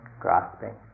grasping